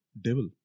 devil